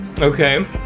Okay